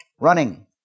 running